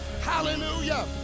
Hallelujah